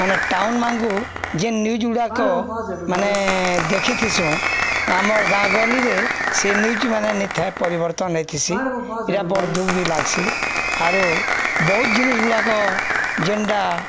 ମାନେ ଟାଉନ୍ମାନଙ୍କୁ ଯେନ୍ ନ୍ୟୁଜ୍ ଗୁଡ଼ାକ ମାନେ ଦେଖିଥିସୁଁ ଆମର ଗାଁ ଗହଲିରେ ସେ ନ୍ୟୁଜ୍ମାନେ ନେଥା ଏ ପରିବର୍ତ୍ତନ ନେଇଥିସି ଏଇଟା ବଡ଼ ଦୁଃଖ ବି ଲାଗ୍ସି ଆରୁ ବହୁତ ଜିନିଷ ଗୁଡ଼ାକ ଯେନ୍ଟା